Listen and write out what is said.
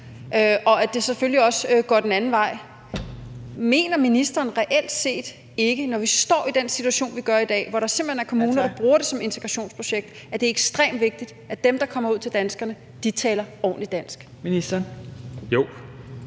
og at det selvfølgelig også går den anden vej. Mener ministeren reelt set ikke, at det, når vi står i den situation, vi gør i dag, hvor der simpelt hen er kommuner, der bruger det som integrationsprojekt, er ekstremt vigtigt, at dem, der kommer ud til danskerne, taler ordentligt dansk? Kl.